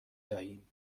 دهیم